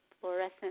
fluorescent